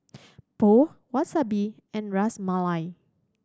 Pho Wasabi and Ras Malai